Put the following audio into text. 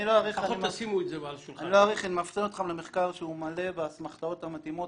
אני מפנה אתכם למחקר שהוא מלא באסמכתאות מתאימות,